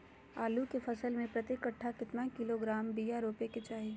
आलू के फसल में प्रति कट्ठा कितना किलोग्राम बिया रोपे के चाहि?